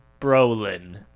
Brolin